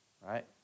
right